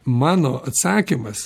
mano atsakymas